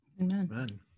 Amen